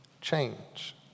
change